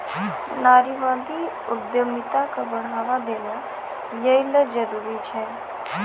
नारीवादी उद्यमिता क बढ़ावा देना यै ल जरूरी छै